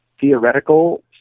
theoretical